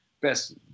best